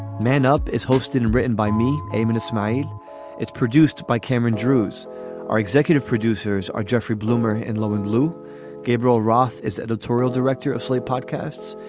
man up is hosting and written by me aiming to smile it's produced by cameron drews our executive producers are jeffrey bloomer and lowing lew gabriel roth is editorial director of slate podcasts.